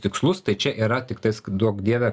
tikslus tai čia yra tiktais duok dieve